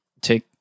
take